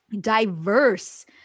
diverse